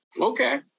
okay